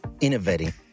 innovating